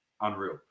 unreal